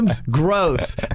Gross